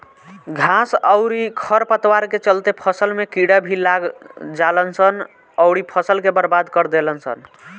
घास अउरी खर पतवार के चलते फसल में कीड़ा भी लाग जालसन अउरी फसल के बर्बाद कर देलसन